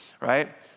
Right